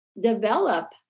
develop